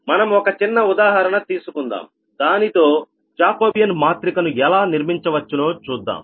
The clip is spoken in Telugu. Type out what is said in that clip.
మనం ఒక చిన్న ఉదాహరణ తీసుకుందాం దానితో జాకోబియాన్ మాత్రిక ను ఎలా నిర్మించవచ్చునో చూద్దాం